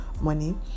money